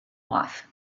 wife